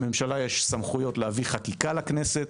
לממשלה יש סמכויות להביא חקיקה לכנסת.